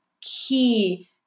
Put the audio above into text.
key